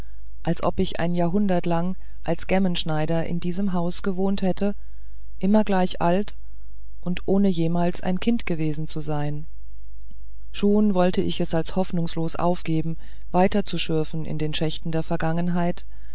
als ob ich ein jahrhundert lang als gemmenschneider in diesem hause gewohnt hätte immer gleich alt und ohne jemals ein kind gewesen zu sein schon wollte ich es als hoffnungslos aufgeben weiter zu schürfen in den schächten der vergangenheit